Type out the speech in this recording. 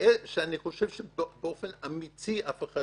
שאני חושב שבאופן אמיתי אף אחד